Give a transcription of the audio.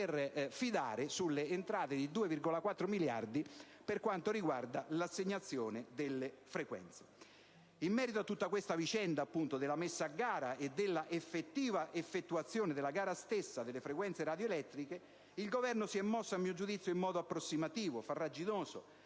confidare sulle entrate, pari a 2,4 miliardi di euro, per quanto riguarda l'assegnazione delle frequenze. In merito a tutta la vicenda relativa all'effettiva effettuazione della gara delle frequenze radioelettriche, il Governo si è mosso - a mio giudizio - in modo approssimativo e farraginoso,